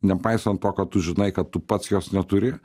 nepaisant to kad tu žinai kad tu pats jos neturi